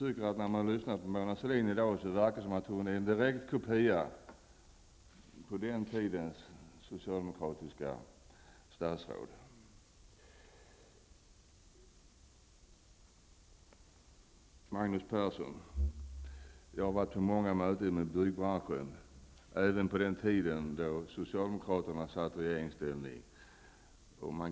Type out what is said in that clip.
När man lyssnar på Mona Sahlin verkar det som om hon är en direkt kopia av den tidens socialdemokratiska statsråd. Jag har varit på många möten i byggbranschen, även på den tiden när socialdemokraterna satt i regeringsställning, Magnus Persson.